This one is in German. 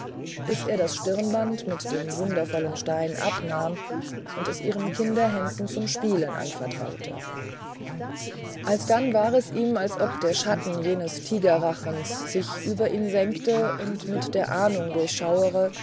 bis er das stirnband mit dem wundervollen stein abnahm und es ihren kinderhänden zum spielen anvertraute alsdann war es ihm als ob der schatten des tigerrachens sich über ihn senke und mit der ahnung